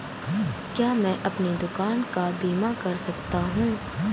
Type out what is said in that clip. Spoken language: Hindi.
क्या मैं अपनी दुकान का बीमा कर सकता हूँ?